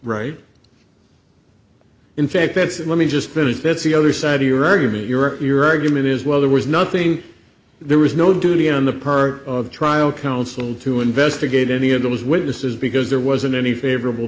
right in fact that's it let me just finish that's the other side to your argument your your argument is well there was nothing there was no duty on the part of the trial counsel to investigate any of those witnesses because there wasn't any favorable